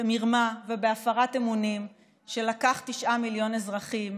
במרמה ובהפרת אמונים שלקח תשעה מיליון אזרחים